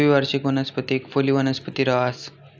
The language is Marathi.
द्विवार्षिक वनस्पती एक फुली वनस्पती रहास